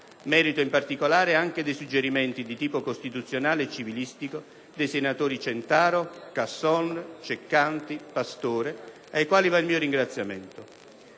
merito in particolare anche dei suggerimenti di tipo costituzionale e civilistico dei senatori Centaro, Casson, Ceccanti, Pastore, ai quali va il mio ringraziamento.